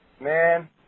Man